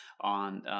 on